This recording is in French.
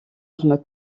arme